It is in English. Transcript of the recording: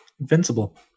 invincible